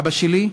אבא שלי,